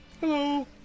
hello